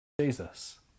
Jesus